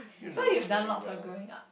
so you done lots while growing up